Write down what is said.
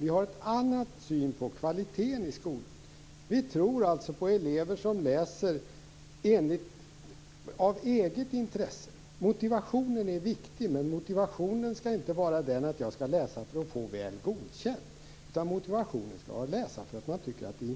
Vi har en annan syn på kvaliteten i skolan. Vi tror på elever som läser av eget intresse. Motivationen är viktig. Men motivationen skall inte vara den att jag skall läsa för att få Väl godkänt. Motivationen för att läsa skall vara att det är